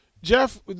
Jeff